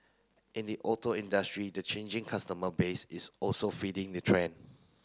in the auto industry the changing customer base is also feeding the trend